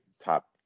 top